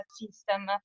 system